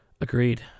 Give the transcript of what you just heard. agreed